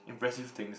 impressive things